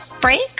break